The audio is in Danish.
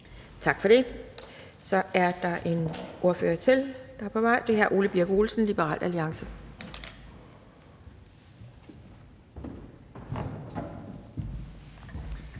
Tak for det. Så er der endnu en ordfører på vej, og det er hr. Ole Birk Olesen, Liberal Alliance.